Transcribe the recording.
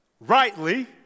rightly